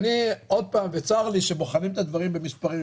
וצר לי שבוחנים את הדברים במספרים.